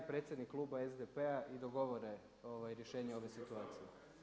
i predsjednik kluba SDP-a i dogovore rješenje ove situacije.